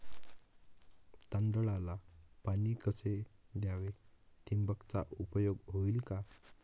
तांदळाला पाणी कसे द्यावे? ठिबकचा उपयोग होईल का?